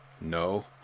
No